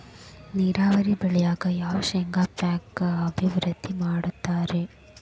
ನೇರಾವರಿ ಬೆಳೆಗಾಗಿ ಯಾವ ಶೇಂಗಾ ಪೇಕ್ ಅಭಿವೃದ್ಧಿ ಮಾಡತಾರ ರಿ?